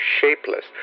shapeless